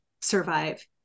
survive